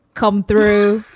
come through.